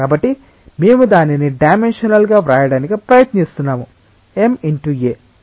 కాబట్టి మేము దానిని డైమెన్షనల్ గా వ్రాయడానికి ప్రయత్నిస్తున్నాము m x a